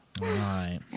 right